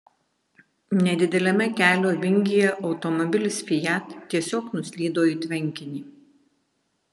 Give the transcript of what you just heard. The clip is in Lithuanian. nedideliame kelio vingyje automobilis fiat tiesiog nuslydo į tvenkinį